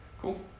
Cool